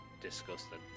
disgusting